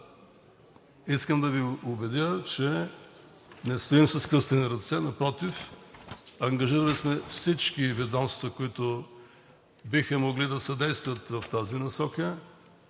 искам да Ви убедя, че не стоим със скръстени ръце, напротив, ангажирали сме всички ведомства, които биха могли да съдействат в тази насока